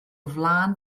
flaen